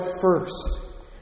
first